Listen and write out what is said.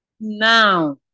Now